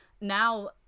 now